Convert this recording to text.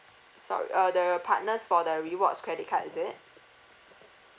sorry uh the partners for the rewards credit card is it